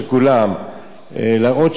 להראות שכולנו תומכים בנשים,